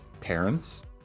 parents